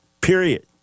period